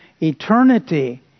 eternity